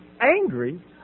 angry